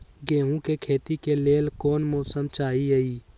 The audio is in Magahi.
गेंहू के खेती के लेल कोन मौसम चाही अई?